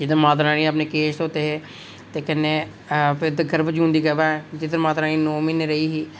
जित्थै माता रानी ने अपने केश धोते हे ते कन्नै फिर उद्धर गर्भजून दी गुफा ऐ जिद्धर माता रानी नौ म्हीने रेही ही